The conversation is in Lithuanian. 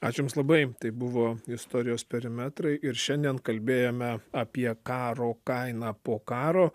ačiū jums labai tai buvo istorijos perimetrai ir šiandien kalbėjome apie karo kainą po karo